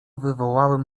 wywołałem